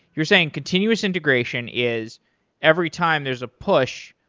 you're saying continuous integration is every time there's a push,